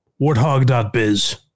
Warthog.biz